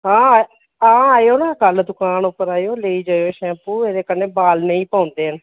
हां हां आएओ ना कल दुकान उप्पर आएओ लेई जाएओ शैम्पू एह्दे कन्नै बाल नेई पौंदे हैन